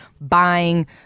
buying